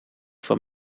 van